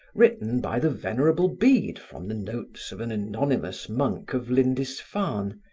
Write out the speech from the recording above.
written by the venerable bede from the notes of an anonymous monk of lindisfarn,